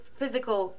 physical